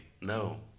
No